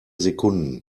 sekunden